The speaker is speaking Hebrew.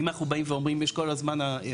אם אנחנו אומרים באים ואומרים יש כל הזמן מעמסה